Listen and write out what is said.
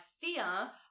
fear